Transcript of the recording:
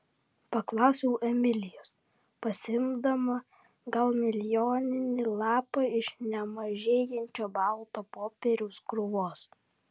paklausiau emilijos pasiimdama gal milijoninį lapą iš nemažėjančios balto popieriaus krūvos